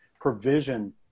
provision